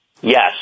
Yes